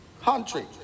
country